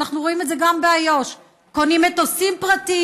אנחנו רואים את זה גם באיו"ש: קונים מטוסים פרטיים,